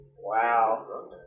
Wow